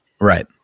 Right